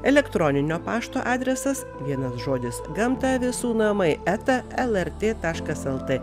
elektroninio pašto adresas vienas žodis gamta visų namai eta lrt taškas lt